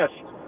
yes